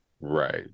right